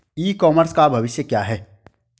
ई commerce का भविष्य क्या है?